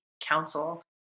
Council